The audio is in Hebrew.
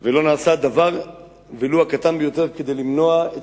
לא נעשה דבר ולו הקטן ביותר כדי למנוע את